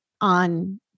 on